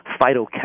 phytochemicals